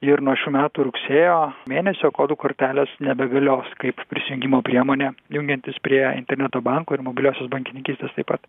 ir nuo šių metų rugsėjo mėnesio kodų kortelės nebegalios kaip prisijungimo priemonė jungiantis prie interneto banko ir mobiliosios bankininkystės taip pat